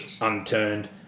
unturned